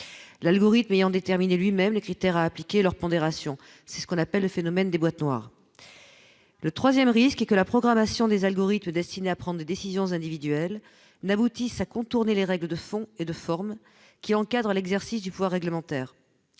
l'algorithme ayant déterminé lui-même les critères à appliquer leur pondération, c'est ce qu'on appelle le phénomène des boîtes noires, le 3ème risque que la programmation des algorithmes destiné à prendre des décisions individuelles n'aboutissent à contourner les règles de fond et de forme qui encadre l'exercice du pouvoir réglementaire